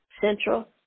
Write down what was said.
Central